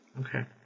Okay